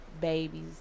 Babies